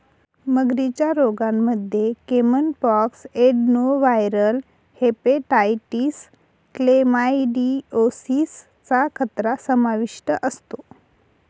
मगरींच्या रोगांमध्ये caiman pox, adenoviral hepatitis, chlamydiosis चा खतरा समाविष्ट असतो